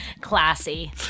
Classy